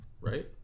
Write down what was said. Right